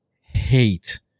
hate